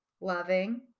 loving